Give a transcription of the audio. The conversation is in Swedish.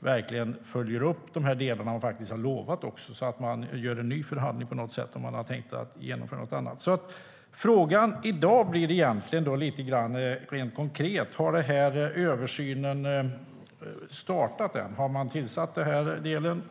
verken följer det de har lovat. Man får alltså göra en ny förhandling om man har tänkt genomföra något annat. Frågan i dag blir egentligen om översynen har startat än. Har man tillsatt den?